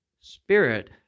spirit